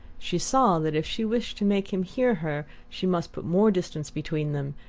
she saw that if she wished to make him hear her she must put more distance between them,